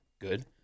good